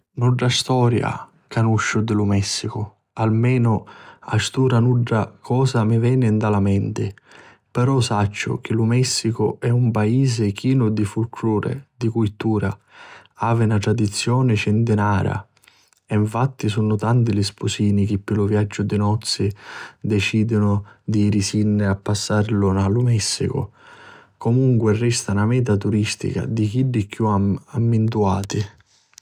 Nudda storia canusciu di lu Messicu, almenu a st'ura nudda cosa mi veni nta la menti. Però sacciu chi lu Messicu è un paisi chinu di Fulcluri, di culura. Havi na tradizioni cintinaria e nfatti sunnu tanti li spusini che pi lu viaggiu di nozzi dicidinu di jirisinni a passarilu a lu Messicu. Comunqui resta na meta turistica di chiddi chiù ammintuati.